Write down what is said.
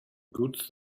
good